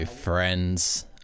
friends